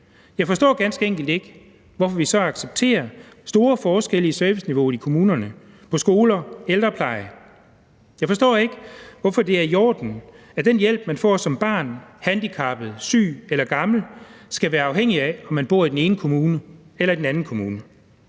Jeg forstår ganske enkelt ikke, hvorfor vi så accepterer store forskelle i serviceniveauet i kommunerne, på skolerne, i ældreplejen. Jeg forstår ikke, hvorfor det er i orden, at den hjælp, man får som barn, handicappet, syg eller gammel skal være afhængig af, om man bor i den ene kommune eller i den anden kommune.